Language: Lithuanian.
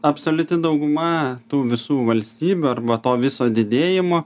absoliuti dauguma tų visų valstybių arba to viso didėjimo